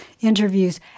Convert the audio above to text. interviews